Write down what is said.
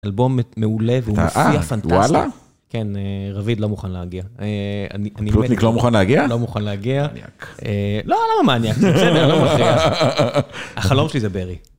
אלבום מעולה והוא מופיע, פנטסטי. וואלה? כן, רביד לא מוכן להגיע. פלוטניק לא מוכן להגיע? לא מוכן להגיע. מניאק. לא, לא מניאק, בסדר, לא מניאק. החלום שלי זה ברי.